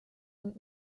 und